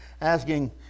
asking